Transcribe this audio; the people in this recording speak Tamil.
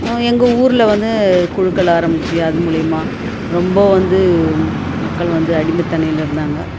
எங்கள் ஊரில் வந்து குழுக்கள் ஆரம்பித்து அது மூலிமா ரொம்ப வந்து மக்கள் வந்து அடிமைத்தனில இருந்தாங்க